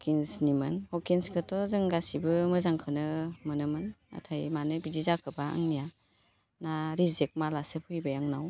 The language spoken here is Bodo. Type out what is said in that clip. ह'किन्सनिमोन ह'किन्सखौथ' जों गासिबो मोजांखौनो मोनोमोन नाथाय मानो बिदि जाखोबा आंनिया ना रिजेक्ट मालासो फैबाय आंनाव